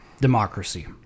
democracy